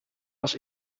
was